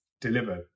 delivered